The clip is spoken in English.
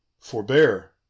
Forbear